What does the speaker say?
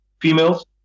females